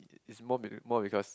it's more meani~ more because